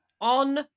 On